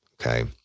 Okay